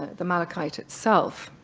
the malachite itself.